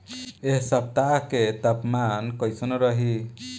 एह सप्ताह के तापमान कईसन रही?